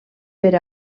per